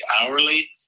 hourly